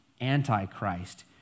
Antichrist